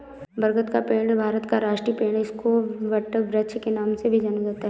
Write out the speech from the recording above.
बरगद का पेड़ भारत का राष्ट्रीय पेड़ है इसको वटवृक्ष के नाम से भी जाना जाता है